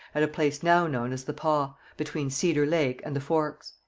at a place now known as the pas, between cedar lake and the forks.